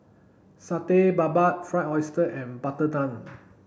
Satay Babat fried oyster and butter